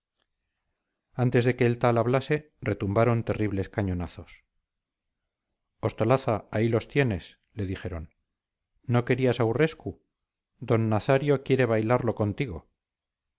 antes de que el tal hablase retumbaron terribles cañonazos ostolaza ahí los tienes le dijeron no querías aurrescu d nazario quiere bailarlo contigo